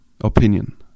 opinion